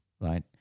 right